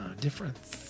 Difference